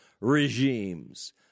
regimes